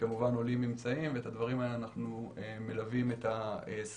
שכמובן עולים ממצאים ואת הדברים האלה אנחנו מלווים את הסגירה.